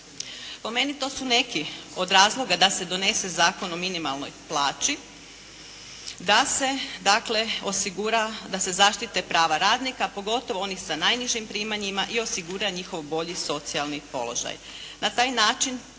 Po meni, to su neki od razloga da se donese Zakon o minimalnoj plaći, da se, dakle osigura da se zaštite prava radnika, pogotovo onih sa najnižim primanjima i osigura njihov bolji socijalni položaj.